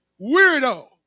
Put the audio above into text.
weirdo